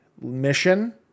mission